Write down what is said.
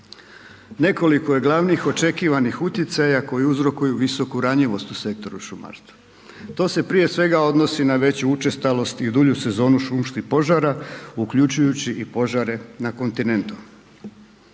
nekoliko je glavnih očekivanih utjecaja koji uzrokuju visoku ranjivost u sektoru šumarstva. To se prije svega odnosi na veću učestalost i dulju sezonu šumskih požara uključujući i požare na kontinentu.